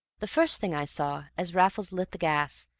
the first thing i saw, as raffles lit the gas,